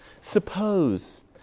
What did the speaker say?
Suppose